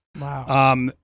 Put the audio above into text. Wow